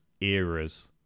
eras